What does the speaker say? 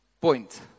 point